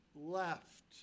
left